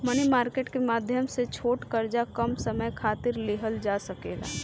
मनी market के माध्यम से छोट कर्जा कम समय खातिर लिहल जा सकेला